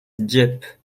dieppe